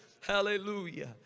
Hallelujah